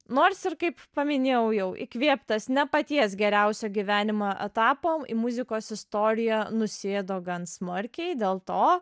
nors ir kaip paminėjau jau įkvėptas ne paties geriausio gyvenimo etapo į muzikos istoriją nusėdo gan smarkiai dėl to